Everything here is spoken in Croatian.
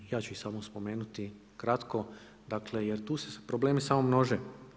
Ja ću ih samo spomenuti kratko, jer tu se problemi samo množe.